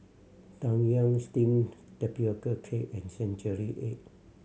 Tang Yuen steamed tapioca cake and century egg